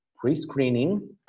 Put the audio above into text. pre-screening